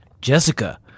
Jessica